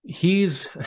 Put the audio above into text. hes